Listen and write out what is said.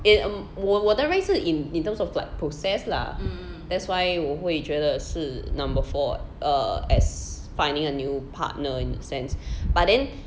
eh 我的 rank 是 in in terms of like process lah that's why 我会觉得是 number four err as finding a new partner in a sense but then